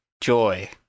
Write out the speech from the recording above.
Joy